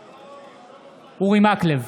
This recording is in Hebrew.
בעד אורי מקלב,